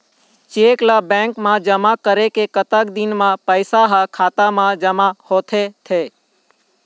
Cheque ला bank मा जमा करे के कतक दिन मा पैसा हा खाता मा जमा होथे थे?